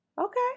Okay